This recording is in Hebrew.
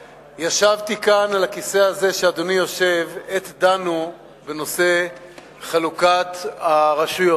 ישבתי כאן על הכיסא הזה שאדוני יושב עליו עת דנו בנושא חלוקת הרשויות.